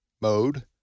mode